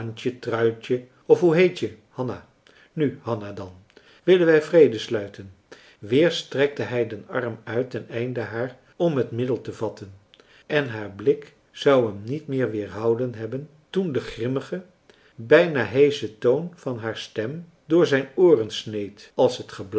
truitje of hoe heet je hanna nu hanna dan willen wij vrede sluiten weer strekte hij den arm uit ten einde haar om het middel te vatten en haar blik zou hem niet meer weerhouden hebben toen de grimmige bijna heesche toon van haar stem door zijn ooren sneed als het